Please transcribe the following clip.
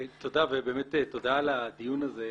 תודה ובאמת תודה על הדיון הזה.